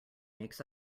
makes